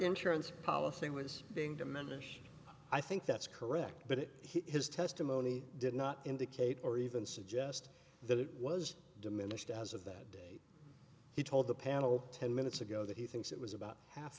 insurance policy was being diminished i think that's correct but it his testimony did not indicate or even suggest that it was diminished as of that day he told the panel ten minutes ago that he thinks it was about half